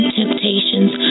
temptations